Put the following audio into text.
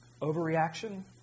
overreaction